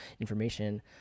information